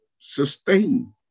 sustain